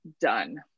done